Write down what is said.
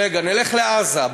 רגע, נלך לעזה.